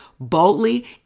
Boldly